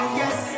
yes